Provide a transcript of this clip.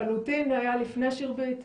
לחלוטין היה לפני שירביט.